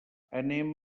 anem